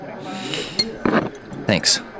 Thanks